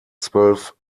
zwölf